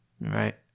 Right